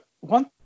one